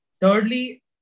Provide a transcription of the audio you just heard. Thirdly